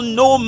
no